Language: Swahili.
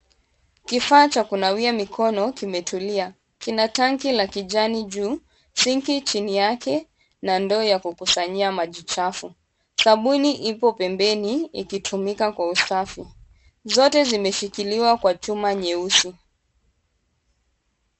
Kifaa cha kunawia mikono kimetulia ,kina tanki la kijani juu, sinki chini yake na ndoo ni ya kukusanyia maji chafu ,sabuni ipo pembeni ikitumika kwa usafi ,zote zimeshikiliwa kwa chuma nyeusi.